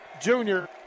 junior